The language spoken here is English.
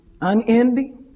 unending